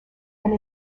and